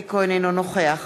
אינו נוכח